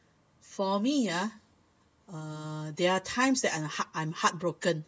for me ah uh there are times that I'm I'm heart broken